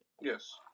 Yes